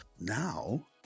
now